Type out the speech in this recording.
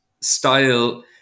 style